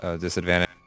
disadvantage